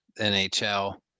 NHL